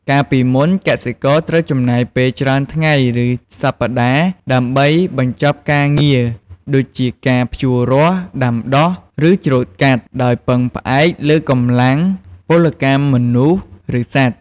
កាលពីមុន កសិករត្រូវចំណាយពេលច្រើនថ្ងៃ ឬសប្តាហ៍ ដើម្បីបញ្ចប់ការងារដូចជាការភ្ជួររាស់ ដាំដុះ ឬច្រូតកាត់ ដោយពឹងផ្អែកលើកម្លាំងពលកម្មមនុស្ស ឬសត្វ។